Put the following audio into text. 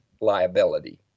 liability